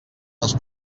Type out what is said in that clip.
les